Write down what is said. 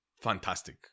fantastic